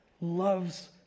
loves